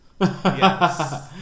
Yes